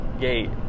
gate